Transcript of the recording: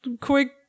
quick